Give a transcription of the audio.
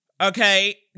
Okay